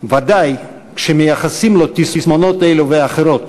בוודאי כשמייחסים לו תסמונות אלו ואחרות,